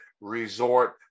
Resort